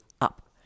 Up